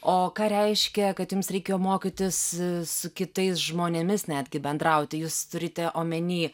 o ką reiškia kad jums reikėjo mokytis su kitais žmonėmis netgi bendrauti jūs turite omeny